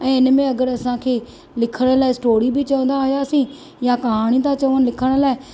ऐं इन में अगरि असां खे लिखण लाइ स्टोरी बि चवंदा हुआसीं या कहाणी था चवण लिखण लाइ त